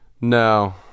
No